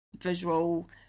visual